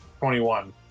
21